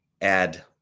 add